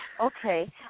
Okay